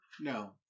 no